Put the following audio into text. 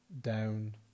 down